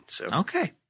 Okay